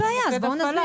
אין בעיה, אז בואו נסביר.